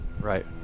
Right